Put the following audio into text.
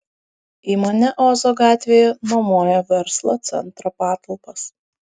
įmonė ozo gatvėje nuomoja verslo centro patalpas